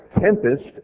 tempest